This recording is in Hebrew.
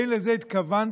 האם לזה התכוונתם?